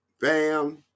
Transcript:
Bam